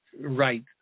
right